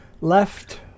left